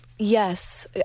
Yes